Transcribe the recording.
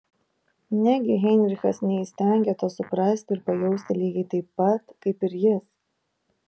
negi heinrichas neįstengia to suprasti ir pajausti lygiai taip pat kaip ir jis